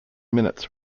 minutes